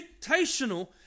dictational